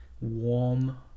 warm